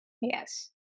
Yes